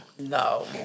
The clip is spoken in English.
No